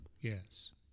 Yes